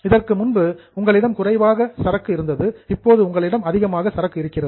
இதற்கு முன்பு உங்களிடம் குறைவாக சரக்கு இருந்தது இப்போது உங்களிடம் அதிகமாக சரக்கு இருக்கிறது